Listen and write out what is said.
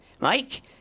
Mike